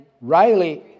Riley